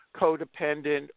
codependent